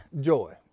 joy